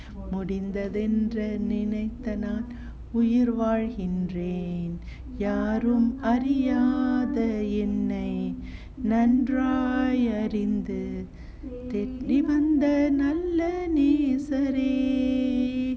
yaarum airyaatha ennai